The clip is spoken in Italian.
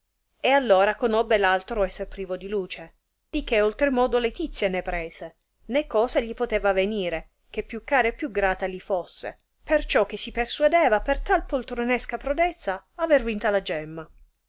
e all ora conobbe l altro esser privo di luce di che oltre modo letizia ne prese né cosa gli poteva avenire che più cara o più grata gli fosse perciò che si persuadeva per tal poltronesca prodezza aver vinta la gemma